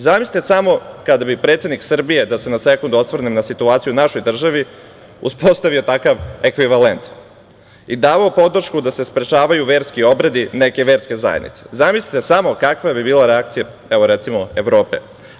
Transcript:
Zamislite samo kada bi predsednik Srbije, da se na sekund osvrnem na situaciju u našoj državi, uspostavio takav ekvivalent i davao podršku da se sprečavaju verski obredi neke verske zajednice, zamislite samo kakva bi bila reakcija, evo, recimo, Evrope.